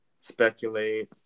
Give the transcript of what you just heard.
speculate